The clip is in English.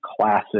classic